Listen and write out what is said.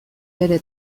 bere